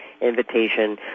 invitation